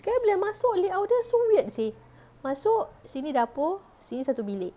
sekali bila masuk layout dia so weird seh masuk sini dapur sini satu bilik